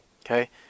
okay